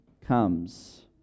comes